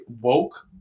woke